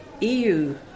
EU